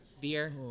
beer